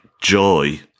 joy